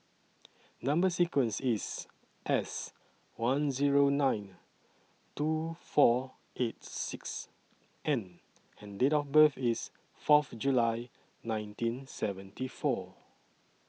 Number sequence IS S one Zero nine two four eight six N and Date of birth IS Fourth July nineteen seventy four